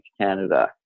Canada